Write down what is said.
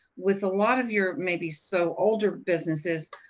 with a lot of your maybe so older businesses,